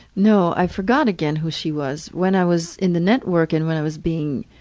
no. i forgot again who she was when i was in the network and when i was being